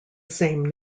same